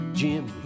jim